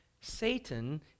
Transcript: Satan